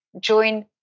join